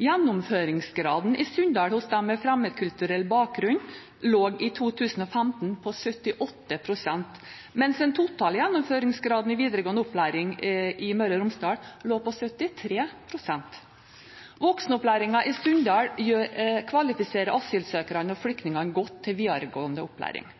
Gjennomføringsgraden i Sunndal hos dem med fremmedkulturell bakgrunn lå i 2015 på 78 pst., mens den totale gjennomføringsgraden i videregående opplæring i Møre og Romsdal lå på 73 pst. Voksenopplæringen i Sunndal kvalifiserer asylsøkerne og flyktningene godt til videregående opplæring.